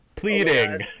pleading